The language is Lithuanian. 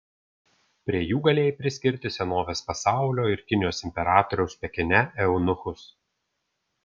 prie jų galėjai priskirti senovės pasaulio ir kinijos imperatoriaus pekine eunuchus